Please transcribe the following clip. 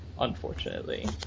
unfortunately